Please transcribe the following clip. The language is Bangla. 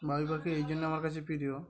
ভাই বাকি এই জন্য আমার কাছে প্রিয়